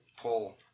pull